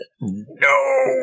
No